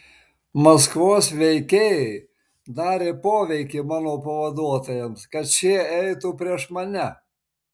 maskvos veikėjai darė poveikį mano pavaduotojams kad šie eitų prieš mane